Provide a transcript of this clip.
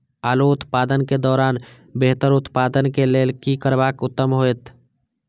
आलू उत्पादन के दौरान बेहतर उत्पादन के लेल की करबाक उत्तम होयत?